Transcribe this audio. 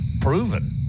proven